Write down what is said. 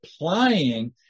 applying